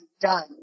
done